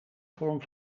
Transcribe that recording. vorm